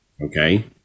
Okay